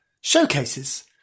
showcases